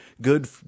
good